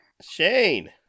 Shane